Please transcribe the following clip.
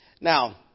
now